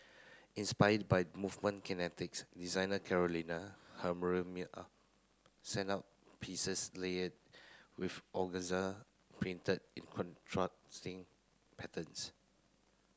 inspired by movement kinetics designer Carolina sent out pieces layered with organza printed in contrasting patterns